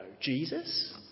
Jesus